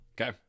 Okay